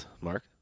Mark